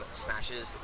smashes